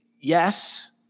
yes